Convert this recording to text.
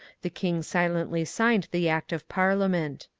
the king silently signed the act of parliament